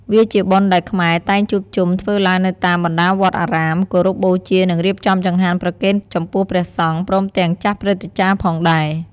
វាជាបុណ្យដែលខ្មែរតែងជួបជុំធ្វើឡើងនៅតាមបណ្ដាវត្តអារាម គោរពបូជានិងរៀបចំចង្ហាន់ប្រគេនចំពោះព្រះសង្ឃ ព្រមទាំងចាស់ព្រឹទ្ទាចារ្យផងដែរ។